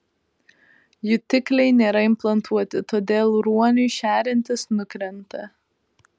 jutikliai nėra implantuoti todėl ruoniui šeriantis nukrenta